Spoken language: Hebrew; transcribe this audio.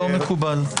לא מקובל.